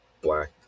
black